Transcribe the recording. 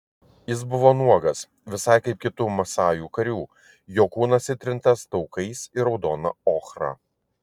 jis buvo nuogas visai kaip kitų masajų karių jo kūnas įtrintas taukais ir raudona ochra